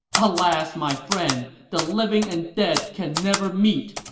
alas, my friend! the living and dead can never meet!